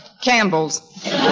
Campbell's